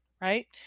right